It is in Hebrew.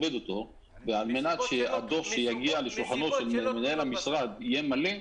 ועל מנת שהדוח שיגיע לשולחנו של מנהל המשרד יהיה מלא,